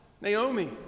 Naomi